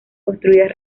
construidas